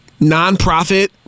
nonprofit